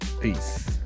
peace